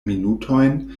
minutojn